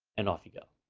and off you go.